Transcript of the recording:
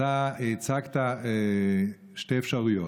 אתה הצגת שתי אפשרויות: